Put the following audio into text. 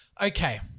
Okay